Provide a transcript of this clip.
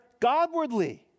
godwardly